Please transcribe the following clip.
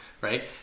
right